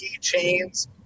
keychains